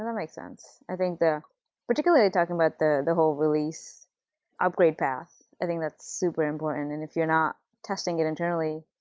um sense. i think the particularly talking about the the whole release upgrade path, i think that's super important. and if you're not testing it internally,